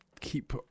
keep